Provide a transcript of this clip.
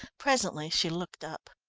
presently she looked up.